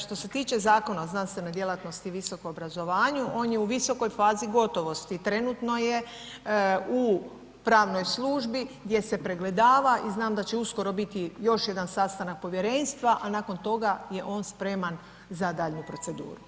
Što se tiče Zakona o znanstvenoj djelatnosti i visokom obrazovanju, on je u visokoj fazi gotovosti i trenutno je u pravnoj službi gdje se pregledava i znam da će uskoro biti još jedan sastanak povjerenstva, a nakon toga je on spreman za daljnju proceduru.